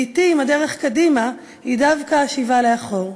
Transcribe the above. לעתים הדרך קדימה היא דווקא השיבה לאחור.